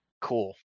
Cool